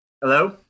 Hello